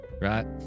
Right